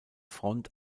front